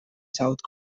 south